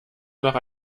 noch